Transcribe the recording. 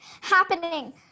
happening